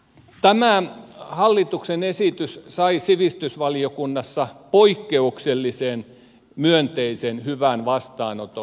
tämä hallituksen esitys sai sivistysvaliokunnassa poikkeuksellisen myönteisen hyvän vastaanoton